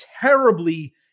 terribly